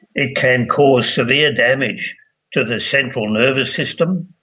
it can cause severe damage to the central nervous system,